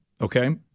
Okay